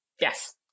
Yes